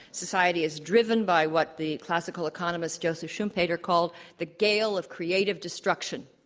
society is driven by what the classical economist joseph schumpeter called the gale of creative destruction.